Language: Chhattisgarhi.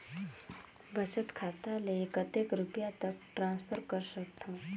बचत खाता ले कतेक रुपिया तक ट्रांजेक्शन कर सकथव?